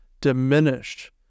diminished